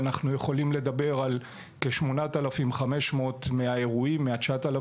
אנחנו יכולים לדבר על כ-8,500 מתוך ה-9,216,